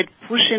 pushing